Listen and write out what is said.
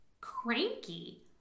cranky